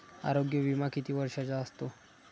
आरोग्य विमा किती वर्षांचा असतो?